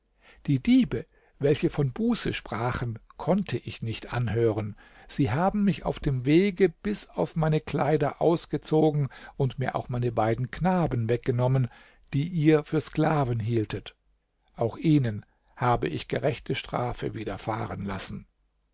die diebe welche von buße sprachen konnte ich nicht anhören sie haben mich auf dem wege bis auf meine kleider ausgezogen und mir auch meine beiden knaben weggenommen die ihr für sklaven hieltet auch ihnen habe ich gerechte strafe widerfahren lassen